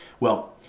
well,